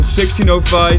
1605